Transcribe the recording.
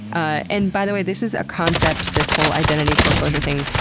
ah and by the way, this is a concept, this whole identity foreclosure thing,